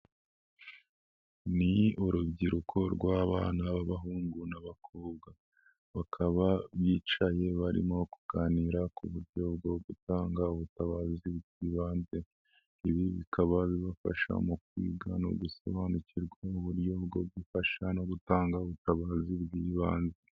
Ni urubyiruko rw'abana b'abahungu n'abakobwa, bakaba bicaye barimo kuganira ku buryo bwo gutanga ubutabazi bw'ibanze. Ibi bikaba bibafasha mu kwiga no gusobanukirwa uburyo bwo gufasha no gutanga ubutabazi bw'ibanze.